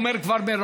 אומר כבר,